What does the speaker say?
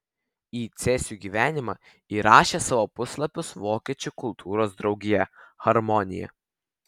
į cėsių gyvenimą įrašė savo puslapius vokiečių kultūros draugija harmonija